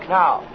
now